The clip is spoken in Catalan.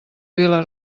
vila